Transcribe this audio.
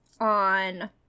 on